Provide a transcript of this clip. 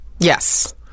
Yes